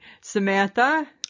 Samantha